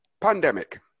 pandemic